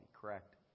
correct